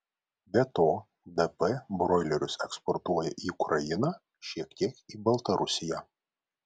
be to dp broilerius eksportuoja į ukrainą šiek tiek į baltarusiją